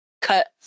cut